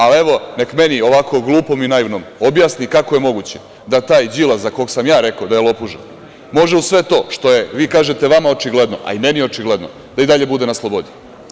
Ali, evo, neka meni ovako glupom i naivnom objasnite kako je moguće da taj Đilas za kog sam ja rekao da je lopuža, može uz sve to što je, vi kažete, vama očigledno, a i meni očigledno, da i dalje bude na slobodi?